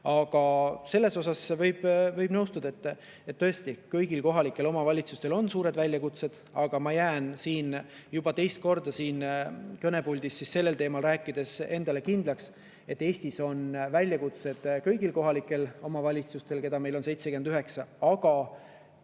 Aga sellega võib nõustuda, et tõesti, kõigil kohalikel omavalitsustel on suured väljakutsed. Ma jään juba teist korda siin kõnepuldis sellel teemal rääkides endale kindlaks, et Eestis on väljakutsed kõigil kohalikel omavalitsustel, keda meil on 79, aga